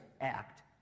act